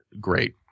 great